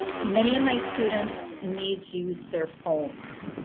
many of my students need to use their phones.